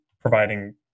providing